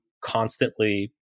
constantly